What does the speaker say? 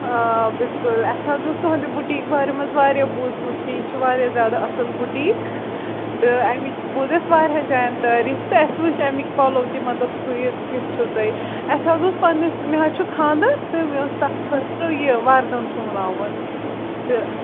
آ بِلکُل اسہ حٕظ اوس تُہٕنٛدِ بُٹیٖک بارے مَنٛز واریاہ بوٗزمُت کہ یہِ چھُ واریاہ زیادٕ اصل بُٹیٖک تہٕ امچ بوز اَسہِ وارہَن جاین تٲریٖف تہٕ تہٕ اَسہِ وچھ امک پلو تہِ مَطلَب سُیِتھ کِتھ چھو تۄہہِ اَسہِ حظ پَننِس مےٚ حظ چھُ خاندَر تہٕ مےٚ اوس خٲطرٕ یہِ وردَن سوناوُن تہٕ